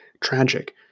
tragic